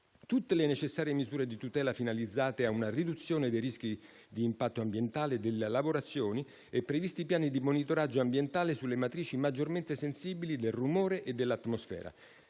tutte le necessarie misure di tutela finalizzate ad una riduzione dei rischi di impatto ambientale delle lavorazioni e previsti i piani di monitoraggio ambientale sulle matrici maggiormente sensibili del rumore e dell'atmosfera.